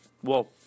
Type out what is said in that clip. Whoa